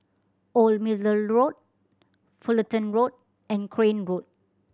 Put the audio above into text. Old Middle Road Fullerton Road and Crane Road